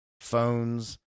phones